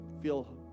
feel